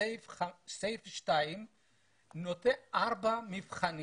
סעיף 2 נותנת ארבעה מבחנים